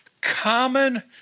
common